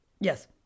Yes